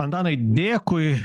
antanai dėkui